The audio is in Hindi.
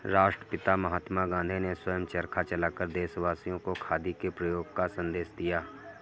राष्ट्रपिता महात्मा गांधी ने स्वयं चरखा चलाकर देशवासियों को खादी के प्रयोग का संदेश दिया